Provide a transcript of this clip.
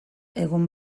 egon